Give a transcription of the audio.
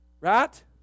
Right